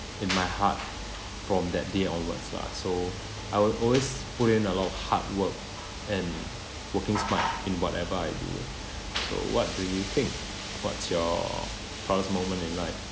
in my heart from that day onwards lah so I would always put in a lot of hard work and working smart in whatever I do so what do you think what's your proudest moment in life